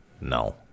No